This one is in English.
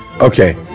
okay